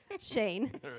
Shane